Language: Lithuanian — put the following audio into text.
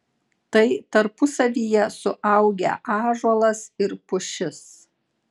tai tarpusavyje suaugę ąžuolas ir pušis